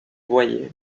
boyer